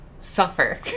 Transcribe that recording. Suffer